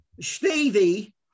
Stevie